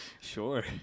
Sure